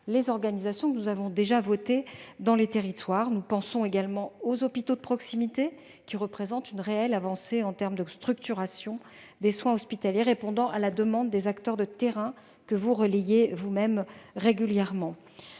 les organisations que nous avons déjà votées. Nous pensons également aux hôpitaux de proximité, qui représentent une réelle avancée pour la structuration des soins hospitaliers : ils répondent à la demande des acteurs de terrain, que vous-mêmes relayez régulièrement.